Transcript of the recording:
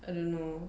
I don't know